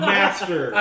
Master